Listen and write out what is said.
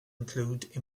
include